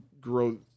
grow